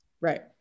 right